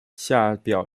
下表